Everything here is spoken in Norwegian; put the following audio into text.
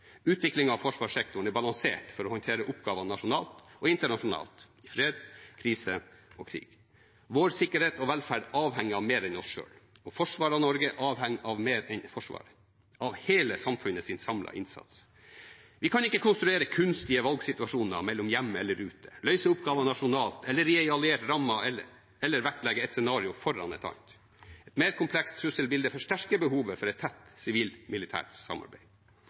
av forsvarssektoren er balansert for å håndtere oppgaver nasjonalt og internasjonalt – i fred, krise og krig. Vår sikkerhet og velferd avhenger av mer enn oss selv, og forsvaret av Norge avhenger av mer enn Forsvaret – av hele samfunnets samlede innsats. Vi kan ikke konstruere kunstige valgsituasjoner mellom hjemme eller ute, løse oppgaver nasjonalt eller i en alliert ramme, eller vektlegge ett scenario foran et annet. Et mer komplekst trusselbilde forsterker behovet for et tett sivil-militært samarbeid.